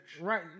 Right